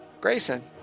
Grayson